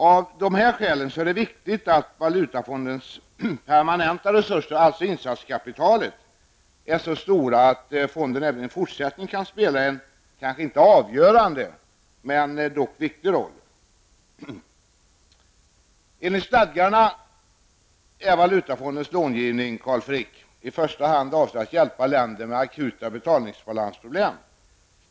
Av de här skälen är det viktigt att Valutafondens permanenta resurser, dvs. insatskapitalet, är så stora att fonden även i fortsättningen kan spela en, kanske inte avgörande men dock viktig roll. Frick, i första hand avsedd att hjälpa länder med akuta betalningsbalansproblem.